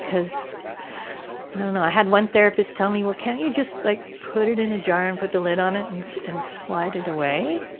and i had one therapist tell me, well, can't you just like put it in a jar and put the lid on it and and slide it away?